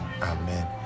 Amen